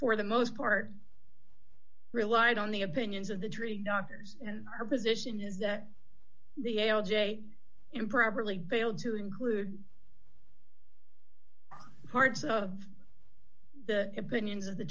for the most part relied on the opinions of the tree knockers and her position is that the l j improperly failed to include parts of the opinions of the